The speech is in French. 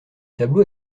tableau